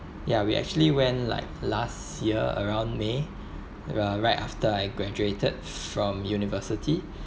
ya we actually went like last year around may it were right after I graduated from university